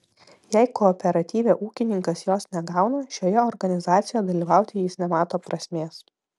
jei kooperatyve ūkininkas jos negauna šioje organizacijoje dalyvauti jis nemato prasmės